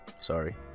sorry